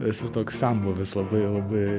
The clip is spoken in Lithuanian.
esu toks senbuvis labai labai